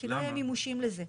כי לא יהיה מימושים לזה.